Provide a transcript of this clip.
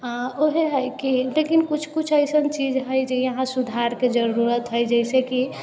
ओहे हइ कि लेकिन किछु किछु अइसन चीज हइ जे यहाँ सुधारके जरूरत हइ जैसेकि